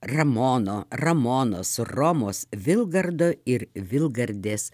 ramono ramonos romos vilgardo ir vilgardės